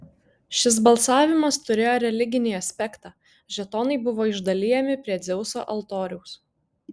šis balsavimas turėjo religinį aspektą žetonai buvo išdalijami prie dzeuso altoriaus